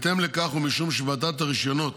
בהתאם לכך, ומשום שוועדת הרישיונות